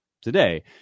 today